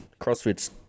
CrossFit's